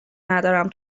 ندارم